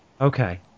Okay